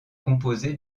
composé